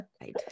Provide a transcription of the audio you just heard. Right